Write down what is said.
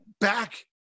back